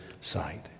sight